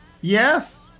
Yes